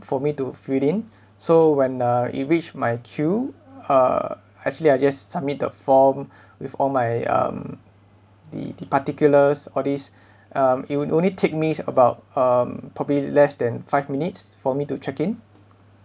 for me to fill in so when uh it reached my queue uh actually I just submit the form with all my um the the particulars all this um it would only take me about um probably less than five minutes for me to check in